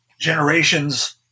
Generations